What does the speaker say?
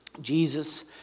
Jesus